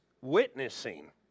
witnessing